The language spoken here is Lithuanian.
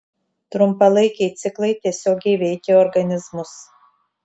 trumpalaikiai ciklai tiesiogiai veikia organizmus